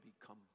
become